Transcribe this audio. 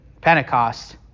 Pentecost